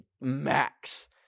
max